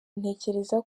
ntekereza